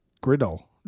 Griddle